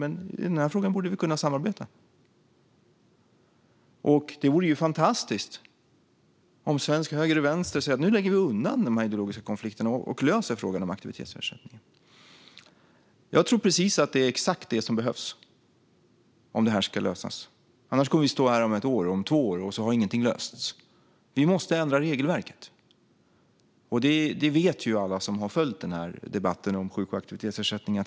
Men i den här frågan borde vi kunna samarbeta. Det vore fantastiskt om svensk höger och vänster säger: Nu lägger vi undan de ideologiska konflikterna och löser frågan om aktivitetsersättningen. Jag tror att det är exakt det som behövs om det här ska lösas. Annars kommer vi att stå här om ett år, om två år, och så har ingenting lösts. Vi måste ändra regelverket. Det vet alla som har följt den här debatten om sjuk och aktivitetsersättning.